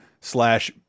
slash